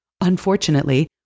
Unfortunately